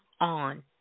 on